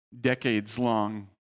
decades-long